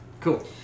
cool